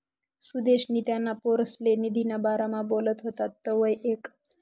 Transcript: सुदेशनी त्याना पोरसले निधीना बारामा बोलत व्हतात तवंय ऐकं